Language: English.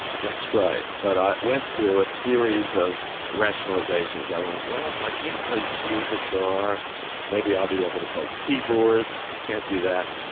that's right, but i went through a series of rationalisations, i went well if i can't play a steel guitar maybe i'll be able to play keyboards, can't do that,